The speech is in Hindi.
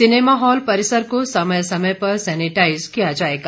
सिनेमा हॉल परिसर को समय समय पर सैनिटाइजर किया जाएगा